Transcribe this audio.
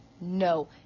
No